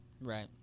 Right